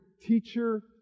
teacher